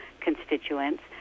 constituents